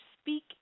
speak